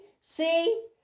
see